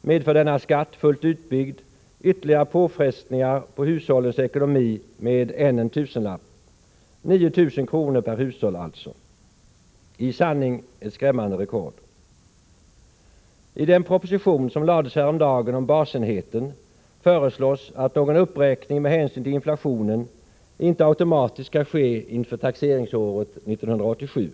medför denna skatt fullt utbyggd ytterligare påfrestningar på hushållens ekonomi med ännu en tusenlapp. Det blir alltså 9 000 kr. per hushåll — i sanning ett skrämmande rekord. I den proposition som framlades häromdagen om basenheten föreslås att någon uppräkning med hänsyn till inflationen inte automatiskt skall ske inför taxeringsåret 1987.